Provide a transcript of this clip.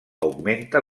augmenta